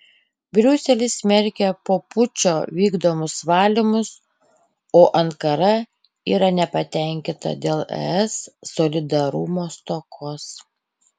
briuselis smerkia po pučo vykdomus valymus o ankara yra nepatenkinta dėl es solidarumo stokos